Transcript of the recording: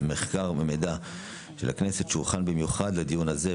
המחקר והמידע שהוכן במיוחד לדיון זה,